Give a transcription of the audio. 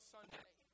Sunday